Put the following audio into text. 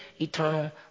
eternal